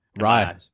Right